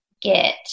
get